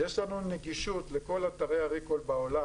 יש לנו נגישות לכל אתרי הריקול בעולם,